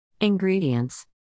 Ingredients